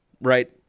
right